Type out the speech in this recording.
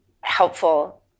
helpful